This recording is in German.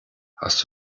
hast